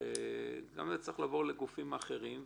זה צריך לעבור גם לגופים אחרים.